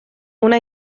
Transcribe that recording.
una